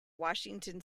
washington